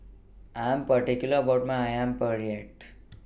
I Am particular about My Ayam Penyet